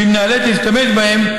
ואם ניאלץ להשתמש בהם,